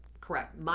Correct